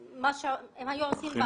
אם היו עושים מה שעושים בנו בנגב,